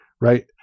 right